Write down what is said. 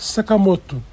Sakamoto